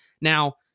Now